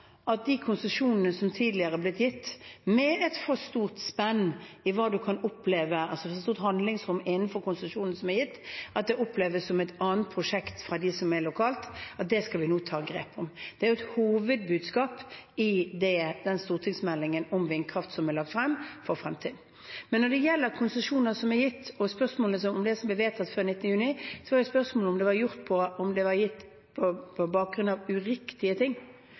blitt gitt, er et for stort spenn i hva man kan oppleve, altså hvor stort handlingsrommet er innenfor konsesjonen som er gitt, at det oppleves som et annet prosjekt fra dem som er lokalt. Det skal vi nå ta grep om. Det er et hovedbudskap i den stortingsmeldingen om vindkraft som er lagt frem, for fremtiden. Men når det gjelder konsesjoner som er gitt, og det som ble vedtatt før 19. juni, er spørsmålet om de var gitt på bakgrunn av uriktighet, at det var